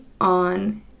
on